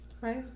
Right